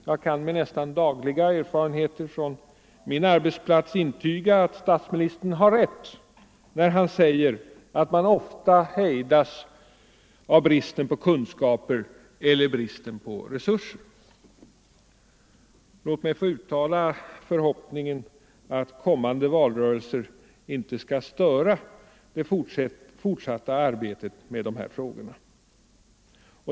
Jag kan med nästan dagliga erfarenheter från min arbetsplats intyga att statsministern har rätt när han säger att man ofta hejdas av bristen på kunskaper eller bristen på resurser. Låt mig få uttala förhoppningen att kommande valrörelser inte skall störa det fortsatta arbetet med de här frågorna.